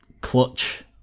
clutch